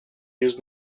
use